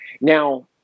Now